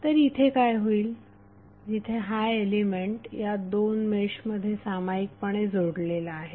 तर इथे काय होईल जिथे हा एलिमेंट या दोन मेशमध्ये सामायिकपणे जोडलेला आहे